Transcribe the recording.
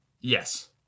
Yes